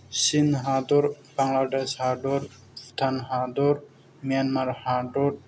चिन हादर बांग्लादेश हादर भुटान हादर मियानमार हादर